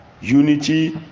unity